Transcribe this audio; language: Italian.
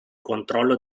controllo